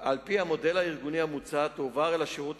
על-פי המודל הארגוני המוצע תועבר אל השירות